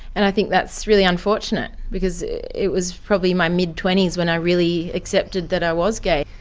and i think that's really unfortunate because it was probably my mid twenty s when i really accepted that i was gay.